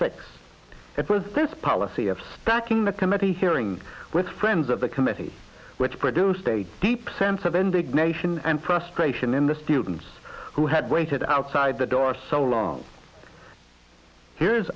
six it was this policy of stacking the committee hearing with friends of the committee which produced a deep sense of indignation and frustration in the students who had waited outside the door so long here